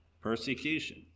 persecution